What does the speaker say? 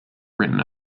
written